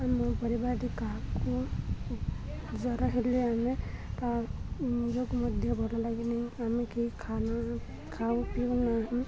ଆମ ପରିବାରରେ କାହାକୁ ଜ୍ୱର ହେଲେ ଆମେ ନିଜକୁ ମଧ୍ୟ ଭଲ ଲାଗେନି ଆମେ କେହି ଖାଉ ପିଉ ନାହିଁ